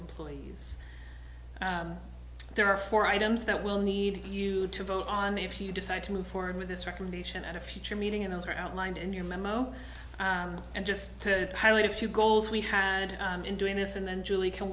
employees there are four items that will need you to vote on if you decide to move forward with this recommendation at a future meeting and those are outlined in your memo and just to highlight a few goals we had in doing this and then julie can